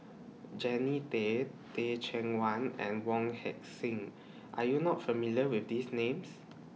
Jannie Tay Teh Cheang Wan and Wong Heck Sing Are YOU not familiar with These Names